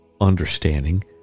understanding